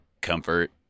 comfort